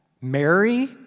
Mary